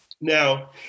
Now